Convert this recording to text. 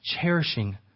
cherishing